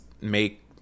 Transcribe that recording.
make